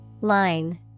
Line